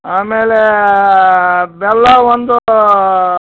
ಆಮೇಲೆ ಬೆಲ್ಲ ಒಂದು